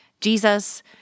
Jesus